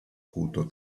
acuto